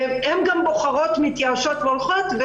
הן גם מתייאשות והולכות,